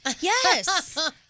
Yes